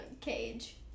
cage